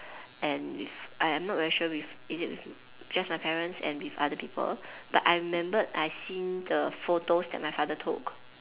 and with I I'm not very with sure is it just my parents and with other people but I remembered I seen the photos that my father took